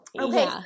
okay